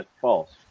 false